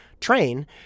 train